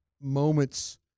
moments